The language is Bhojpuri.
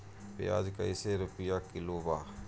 प्याज कइसे रुपया किलो बा?